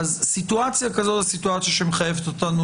סיטואציה כזאת היא סיטואציה שמחייבת אותנו